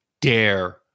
dare